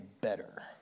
better